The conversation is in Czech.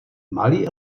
malý